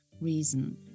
reason